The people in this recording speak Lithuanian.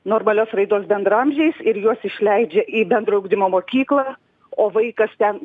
normalios raidos bendraamžiais ir juos išleidžia į bendro ugdymo mokyklą o vaikas ten